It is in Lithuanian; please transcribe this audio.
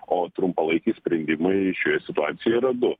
o trumpalaikiai sprendimai šioje situacijoje yra du